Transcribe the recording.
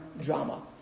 drama